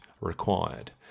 required